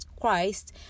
Christ